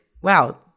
wow